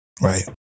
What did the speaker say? Right